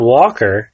Walker